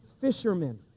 fishermen